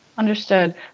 Understood